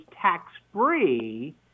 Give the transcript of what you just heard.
tax-free